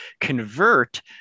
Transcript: convert